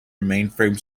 mainframe